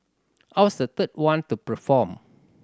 I was the third one to perform